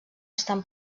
estan